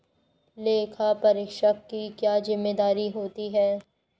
लेखापरीक्षक की क्या जिम्मेदारी होती है?